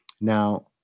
Now